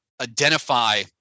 identify